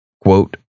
Quote